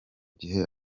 gihe